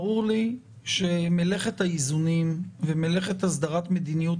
שמלאכת האיזונים ומלאכת הסדרת מדיניות